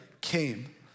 came